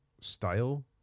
style